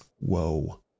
whoa